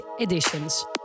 editions